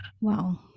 Wow